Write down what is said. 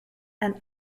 and